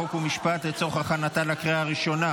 חוק ומשפט לצורך הכנתה לקריאה הראשונה.